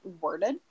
worded